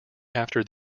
after